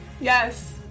Yes